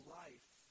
life